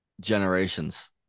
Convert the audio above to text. generations